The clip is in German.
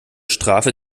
strafe